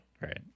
Right